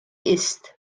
ist